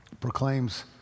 proclaims